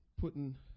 putting